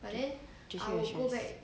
J_C very stress